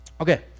Okay